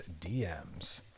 DMs